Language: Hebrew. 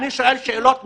אני שואל שאלות נכונות,